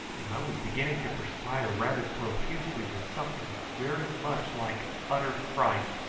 and i was beginning to perspire rather profusely with something very much like utter fright,